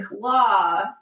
law